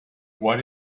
what